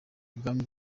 bwami